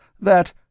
that